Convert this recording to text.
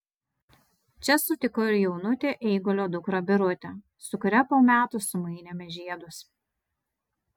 čia sutikau ir jaunutę eigulio dukrą birutę su kuria po metų sumainėme žiedus